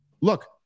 look